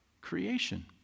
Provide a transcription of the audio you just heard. creation